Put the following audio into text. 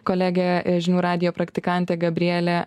kolegė žinių radijo praktikantė gabrielė